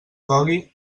cogui